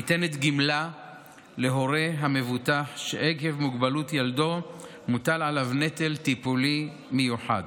ניתנת גמלה להורה המבוטח שעקב מוגבלות ילדו מוטל עליו נטל טיפולי מיוחד.